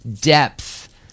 depth